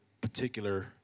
particular